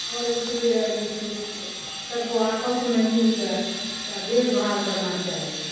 आओर उस लियए जे छै सबको आपसमे मिलके ओकरा देख भाल करना चाही